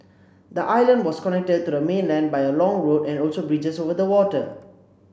the island was connected to the mainland by a long road and also bridges over the water